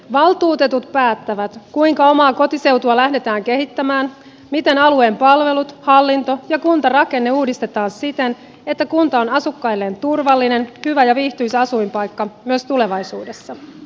valtuutetut päättävät kuinka omaa kotiseutua lähdetään kehittämään ja miten alueen palvelut hallinto ja kuntarakenne uudistetaan siten että kunta on asukkailleen turvallinen hyvä ja viihtyisä asuinpaikka myös tulevaisuudessa